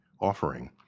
offering